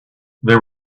they